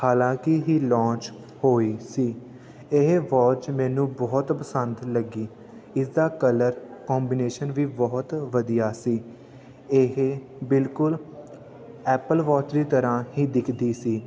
ਹਾਲਾਂਕਿ ਹੀ ਲੌਂਚ ਹੋਈ ਸੀ ਇਹ ਵੋਚ ਮੈਨੂੰ ਬਹੁਤ ਪਸੰਦ ਲੱਗੀ ਇਸ ਦਾ ਕਲਰ ਕੋਂਬੀਨੇਸ਼ਨ ਵੀ ਬਹੁਤ ਵਧੀਆ ਸੀ ਇਹ ਬਿਲਕੁਲ ਐਪਲ ਵੋਚ ਦੀ ਤਰ੍ਹਾਂ ਹੀ ਦਿੱਖਦੀ ਸੀ